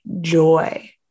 joy